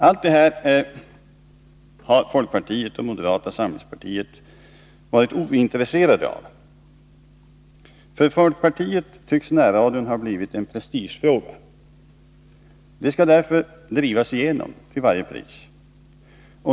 Allt detta har folkpartiet och moderata samlingspartiet varit ointresserade av. För folkpartiet tycks närradion ha blivit en prestigefråga. Den skall därför drivas igenom till varje pris.